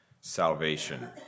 salvation